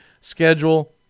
schedule